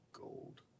Gold